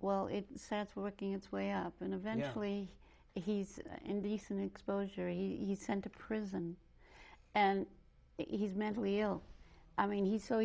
well it sets working its way up and eventually he's indecent exposure he sent to prison and he's mentally ill i mean he's so